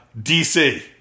DC